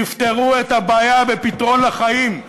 תפתרו את הבעיה בפתרון לחיים,